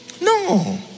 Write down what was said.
No